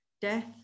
death